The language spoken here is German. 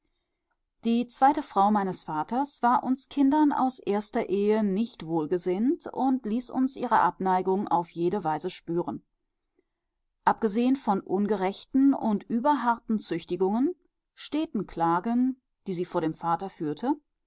die zweite frau meines vaters war uns kindern aus erster ehe nicht wohlgesinnt und ließ uns ihre abneigung auf jede weise spüren abgesehen von ungerechten und überharten züchtigungen steten klagen die sie vor dem vater führte